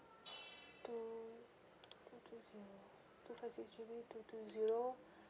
two two two zero two five six G_B two two zero